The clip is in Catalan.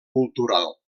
cultural